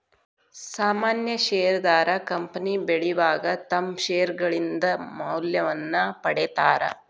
ಸಾಮಾನ್ಯ ಷೇರದಾರ ಕಂಪನಿ ಬೆಳಿವಾಗ ತಮ್ಮ್ ಷೇರ್ಗಳಿಂದ ಮೌಲ್ಯವನ್ನ ಪಡೇತಾರ